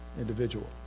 individual